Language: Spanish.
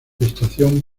estación